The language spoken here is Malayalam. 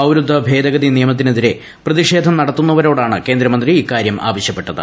പൌരത്വ ഭേദഗതി നിയമത്തിനെതിരെ പ്രതിഷേധം നടത്തുന്നവരോടാണ് കേന്ദ്രമന്ത്രി ഇക്കാര്യം ആവശ്യപ്പെട്ടത്